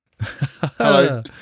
Hello